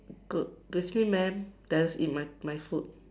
good evening ma'am that's in my my food